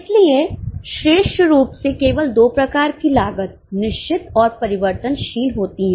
इसलिए श्रेष्ठ रूप से केवल दो प्रकार की लागत निश्चित और परिवर्तनशील होती हैं